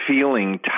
feeling